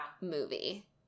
movie